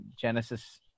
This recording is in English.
genesis